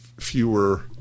Fewer